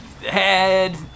head